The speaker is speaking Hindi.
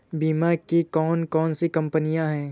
बीमा की कौन कौन सी कंपनियाँ हैं?